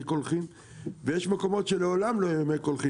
קולחין ויש מקומות שלעולם לא יהיה מי קולחין,